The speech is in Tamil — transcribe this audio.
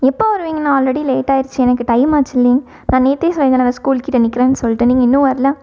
எப்போது வருவீங்கண்ணா ஆல்ரெடி லேட் ஆயிடுச்சி எனக்கு டைம் ஆச்சு இல்லிங்க நா நேற்றே சொல்லிருந்தேன்ல ஸ்கூல்கிட்ட நிக்கிறேனு சொல்லிட்டு நீங்கள் இன்னும் வரல